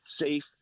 safe